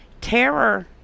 terror